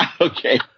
Okay